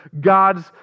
God's